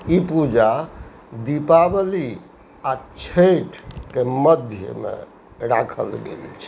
ई पूजा दीपावली आओर छैठके मध्यमे राखल गेल छै